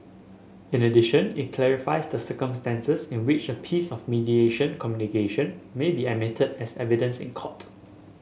in addition it clarifies the circumstances in which a piece of mediation communication may be admitted as evidence in court